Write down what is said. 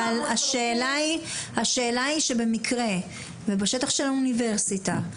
אבל השאלה היא שבמקרה שבשטח של האוניברסיטה,